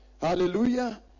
Hallelujah